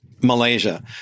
Malaysia